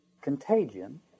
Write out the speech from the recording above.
contagion